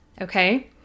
okay